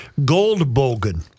Goldbogen